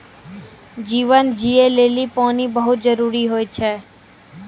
जीवन जियै लेलि पानी बहुत जरूरी होय छै?